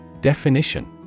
Definition